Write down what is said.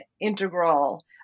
integral